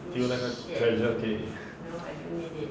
用那个 drive drive 给你